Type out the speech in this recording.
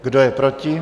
Kdo je proti?